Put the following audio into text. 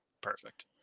perfect